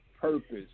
purpose